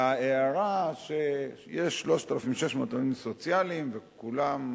להערה שיש 3,600 עובדים סוציאליים וכולם